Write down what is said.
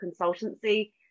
consultancy